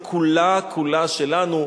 היא כולה כולה שלנו,